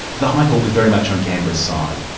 the high court was very much on canberra's side.